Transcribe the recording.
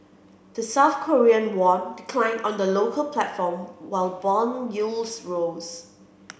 the South Korean won declined on the local platform while bond yields rose